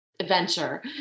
Adventure